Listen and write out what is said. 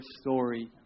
story